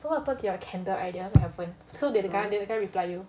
so what happen to your candle idea what happen so did the guy did the guy reply you